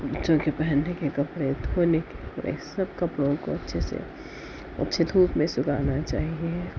بچوں کے پہننے کے کپڑے دھونے کے لئے سب کپڑوں کو اچھے سے اچھی دھوپ میں سکھانا چاہیے